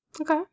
Okay